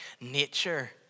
nature